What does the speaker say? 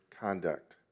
conduct